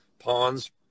ponds